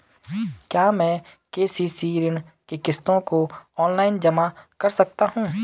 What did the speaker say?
क्या मैं के.सी.सी ऋण की किश्तों को ऑनलाइन जमा कर सकता हूँ?